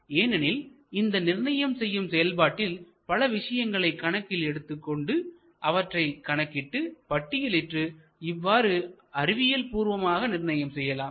ஏனெனில் இந்த நிர்ணயம் செய்யும் செயல்பாட்டில் பல விஷயங்களை கணக்கில் எடுத்துக் கொண்டு அவற்றை கணக்கிட்டு பட்டியலிட்டு இவ்வாறு அறிவியல்பூர்வமாக நிர்ணயம் செய்யலாம்